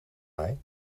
mij